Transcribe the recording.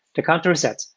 the counter resets,